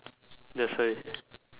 that's why